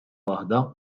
waħda